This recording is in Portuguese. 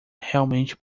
realmente